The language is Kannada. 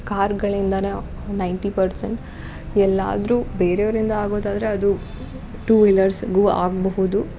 ಕಾರ್ಗಳಿಂದನೇ ನೈನ್ಟಿ ಪರ್ಸೆಂಟ್ ಎಲ್ಲಾದ್ರೂ ಬೇರೆಯವರಿಂದ ಆಗೋದಾದರೆ ಅದು ಟೂ ವೀಲರ್ಸ್ಗೂ ಆಗಬಹುದು